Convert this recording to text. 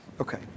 Okay